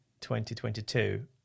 2022